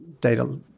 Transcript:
data